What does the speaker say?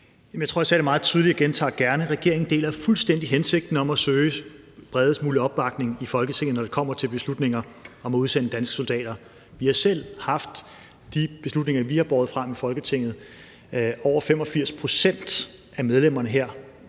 jeg tror, jeg sagde det meget tydeligt, og jeg gentager gerne: Regeringen deler fuldstændig hensigten om at søge bredest mulig opbakning i Folketinget, når det kommer til beslutninger om at udsende danske soldater. I forhold til de beslutninger, vi har båret frem og lagt op til i Folketinget, er det over 85 pct. af medlemmerne her,